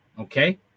Okay